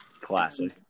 Classic